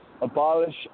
abolish